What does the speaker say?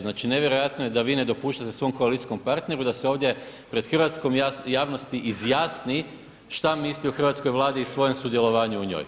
Znači nevjerojatno je da vi ne dopuštate svom koalicijskom partneru da se ovdje pred hrvatskom javnosti izjasni šta misli o hrvatskoj Vladi i svojem sudjelovanju u njoj.